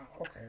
okay